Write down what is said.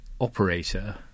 operator